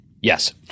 Yes